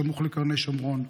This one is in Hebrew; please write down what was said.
סמוך לקרני שומרון,